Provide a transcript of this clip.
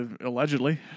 Allegedly